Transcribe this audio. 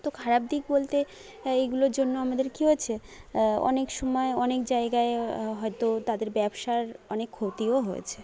তো খারাপ দিক বলতে এইগুলোর জন্য আমাদের কি হয়েছে অনেক সময়ে অনেক জায়গায় হয়তো তাদের ব্যবসার অনেক ক্ষতিও হয়েছে